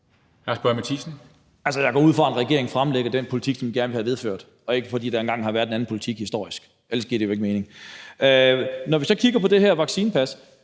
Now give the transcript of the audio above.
Lars Boje Mathiesen (NB): Altså, jeg går ud fra, at regeringen fremlægger den politik, som den gerne vil have gennemført, og ikke fremlægger noget, fordi der engang, historisk, har været en anden politik – ellers giver det jo ikke mening. Når vi så kigger på det her vaccinepas,